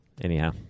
Anyhow